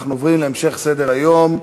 אנחנו עוברים להמשך סדר-היום: